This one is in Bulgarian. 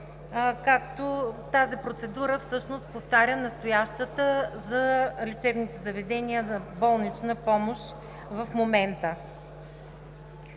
като тази процедура всъщност повтаря настоящата за лечебните заведения за болничната помощ в момента.